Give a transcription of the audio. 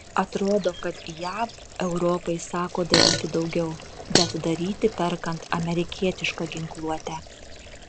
atrodo kad jav europai sako daryti daugiau bet daryti perkant amerikietišką ginkluotę